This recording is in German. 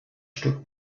stück